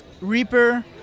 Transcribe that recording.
Reaper